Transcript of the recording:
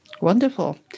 Wonderful